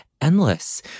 endless